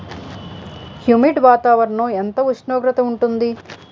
Humid వాతావరణం ఎంత ఉష్ణోగ్రత ఉంటుంది?